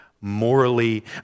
morally